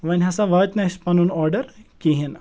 وۄنۍ ہَسا واتہِ نہٕ اسہِ پَنُن آرڈَر کِہیٖنۍ نہٕ